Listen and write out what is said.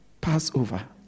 Passover